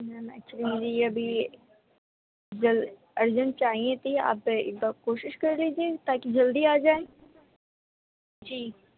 میم actually میری ابھی جلد ارجینٹ چاہیے تھیں آپ ایک بار کوشش کر لیجیے تاکہ جلدی آ جائے جی